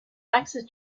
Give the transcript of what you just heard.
access